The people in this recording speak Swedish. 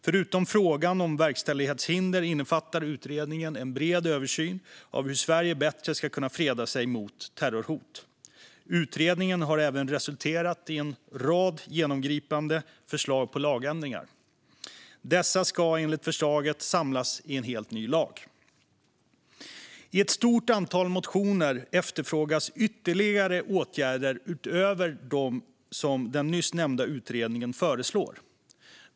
Förutom frågan om verkställighetshinder innefattar utredningen en bred översyn av hur Sverige bättre ska kunna freda sig mot terrorhot. Utredningen har även resulterat i en rad genomgripande förslag till lagändringar. Dessa ska enligt förslaget samlas i en helt ny lag. I ett stort antal motioner efterfrågas ytterligare åtgärder utöver dem som den nyss nämnda utredningen föreslår.